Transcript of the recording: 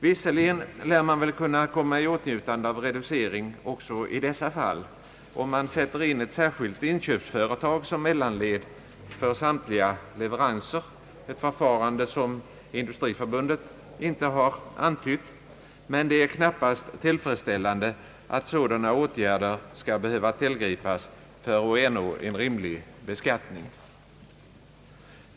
Visserligen lär man väl kunna komma i åtnjutande av reducering också i dessa fall, om man sätter in ett särskilt inköpsföretag som mellanled för samtliga leveranser — ett förfarande som Industriförbundet inte har antytt — men det är knappast tillfredsställande att sådana åtgärder skall behöva tillgripas för att ernå en rimlig beskattning.